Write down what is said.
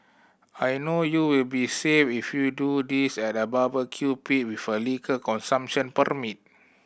I know you will be safe if you do this at a barbecue pit with a liquor consumption